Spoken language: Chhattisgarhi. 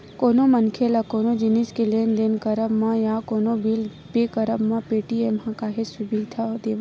कोनो मनखे ल कोनो जिनिस के लेन देन करब म या कोनो बिल पे करब म पेटीएम ह काहेच सुबिधा देवथे